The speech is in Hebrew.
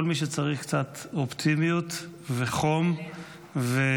כל מי שצריך קצת אופטימיות וחום ועידוד,